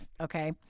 okay